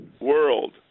world